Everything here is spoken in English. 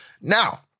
Now